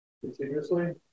continuously